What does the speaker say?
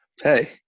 Hey